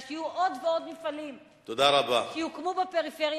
שיהיו עוד ועוד מפעלים שיוקמו בפריפריה,